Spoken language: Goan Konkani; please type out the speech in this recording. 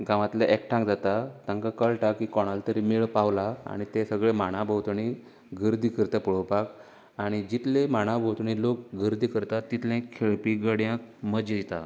गांवातले एकठांय जाता तांकां कळटा की कोणाल तरी मेळ पावलां आनी ते सगळे मांडा भोंवतणीं गर्दी करता पळोवपाक आनी जितली मांडा भोंवतणीं लोक गर्दी करतात तितले खेळपी गड्यांक मजा येता